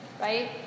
right